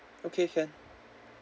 okay can